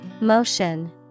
Motion